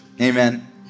amen